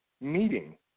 meeting